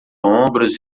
ombros